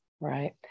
Right